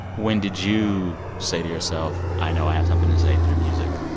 when did you say to yourself, i know i have something to say through music?